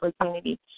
opportunity